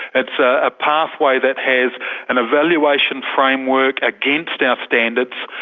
it's a pathway that has an evaluation framework against our standards,